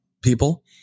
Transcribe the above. people